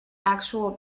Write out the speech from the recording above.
actual